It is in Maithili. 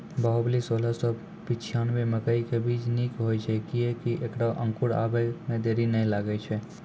बाहुबली सोलह सौ पिच्छान्यबे मकई के बीज निक होई छै किये की ऐकरा अंकुर आबै मे देरी नैय लागै छै?